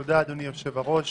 היושב-ראש.